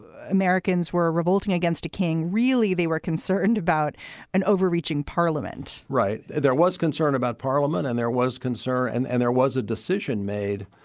ah americans were revolting against a king, really, they were concerned about an overreaching parliament right. there was concern about parliament and there was concern and and there was a decision made